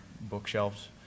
bookshelves